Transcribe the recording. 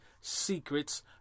secrets